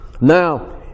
Now